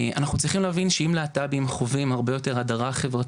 אנחנו צריכים להבין שאם להט"בים חווים הרבה יותר הדרה חברתית,